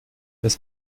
das